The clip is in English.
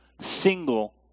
single